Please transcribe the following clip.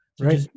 Right